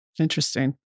Interesting